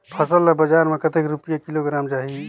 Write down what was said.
फसल ला बजार मां कतेक रुपिया किलोग्राम जाही?